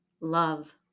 love